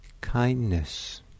kindness